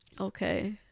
okay